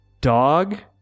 dog